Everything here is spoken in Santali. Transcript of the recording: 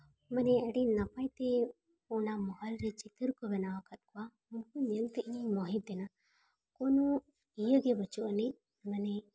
ᱢᱟᱱᱮ ᱟᱹᱰᱤ ᱱᱟᱯᱟᱭ ᱛᱮ ᱚᱱᱟ ᱢᱚᱦᱚᱞ ᱨᱮ ᱪᱤᱛᱟᱹᱨ ᱠᱚ ᱵᱮᱱᱟᱣᱟᱠᱟᱫ ᱠᱚᱣᱟ ᱩᱱᱠᱩ ᱱᱤᱭᱟᱹᱛᱮ ᱤᱧᱤᱧ ᱢᱳᱦᱤᱛᱮᱱᱟ ᱠᱳᱱᱳ ᱤᱭᱟᱹ ᱜᱮ ᱵᱟᱹᱪᱩᱜᱼᱟᱹᱱᱤᱡ ᱢᱟᱱᱮ